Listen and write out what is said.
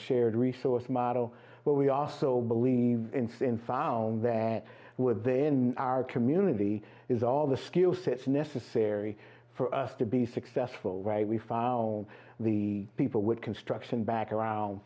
shared resource model but we also believe in sin found that within our community is all the skill sets necessary for us to be successful right we found the people with construction back around